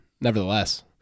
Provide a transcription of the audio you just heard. nevertheless